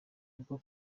niko